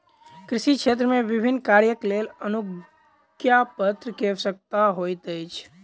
कृषि क्षेत्र मे विभिन्न कार्यक लेल अनुज्ञापत्र के आवश्यकता होइत अछि